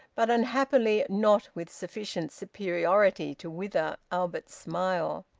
but unhappily not with sufficient superiority to wither albert's smile.